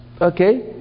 Okay